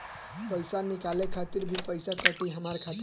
पईसा निकाले खातिर भी पईसा कटी हमरा खाता से?